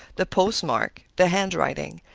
the post-mark, the handwriting.